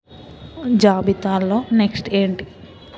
జాబితాలో నెక్స్ట్ ఏంటి